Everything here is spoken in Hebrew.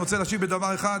אני רוצה להשיב בדבר אחד: